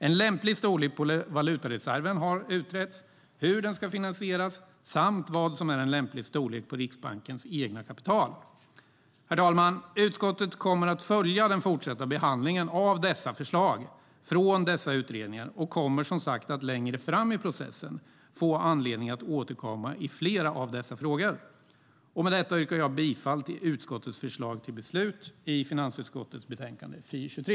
En lämplig storlek på valutareserven har utretts, liksom hur den ska finansieras samt vad som är en lämplig storlek på Riksbankens eget kapital. Herr talman! Utskottet kommer att följa den fortsatta behandlingen av förslagen från dessa utredningar och kommer som sagt att längre fram i processen få anledning att återkomma i flera av dessa frågor. Med detta yrkar jag bifall till utskottets förslag till beslut i finansutskottets betänkande FiU23.